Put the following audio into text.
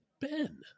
Ben